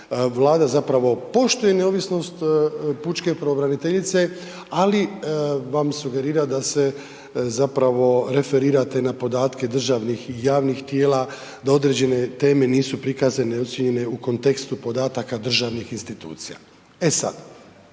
Vlada poštuje neovisnost pučke pravobraniteljice, ali vam sugerira da se referirate na podatke državnih i javnih tijela, da određene teme nisu prikazane i ocijenjene u kontekstu podataka državnih institucija. E sad,